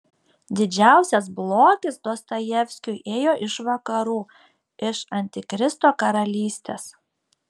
didžiausias blogis dostojevskiui ėjo iš vakarų iš antikristo karalystės